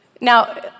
Now